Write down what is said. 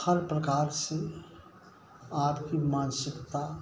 हर प्रकार से आपकी मानसिकता